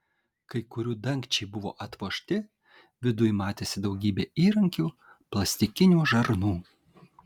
kai kurių dangčiai buvo atvožti viduj matėsi daugybė įrankių plastikinių žarnų